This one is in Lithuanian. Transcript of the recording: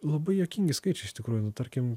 labai juokingi skaičiai iš tikrųjų nu tarkim